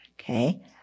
okay